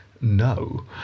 no